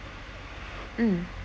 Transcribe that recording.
mm